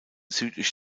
südlich